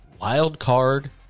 wild-card